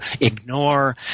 ignore